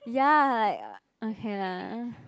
ya like okay lah